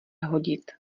hodit